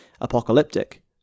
apocalyptic